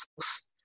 source